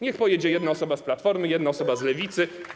Niech pojedzie jedna osoba z Platformy, jedna osoba z Lewicy.